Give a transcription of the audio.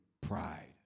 pride